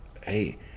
hey